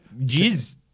jizz